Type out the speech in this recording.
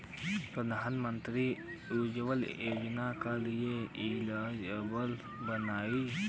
प्रधानमंत्री उज्जवला योजना के लिए एलिजिबल बानी?